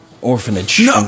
orphanage